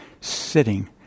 sitting